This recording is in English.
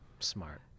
smart